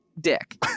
dick